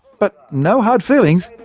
but, no hard feelings,